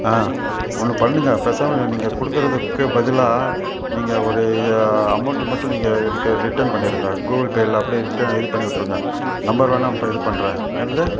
ஆ ஒன்று பண்ணுங்க பேசாமல் நீங்கள் கொடுக்குறதுக்கு பதிலாக நீங்கள் ஒரு இது அமௌண்ட்டு மட்டும் நீங்கள் எனக்கு ரிட்டன் பண்ணிடுங்க கூகுள் பேயில் அப்டேயே ரிட்டன் இது பண்ணிவிட்ருங்க நம்பர் வேணால் இப்போ இது பண்ணுறேன் என்னது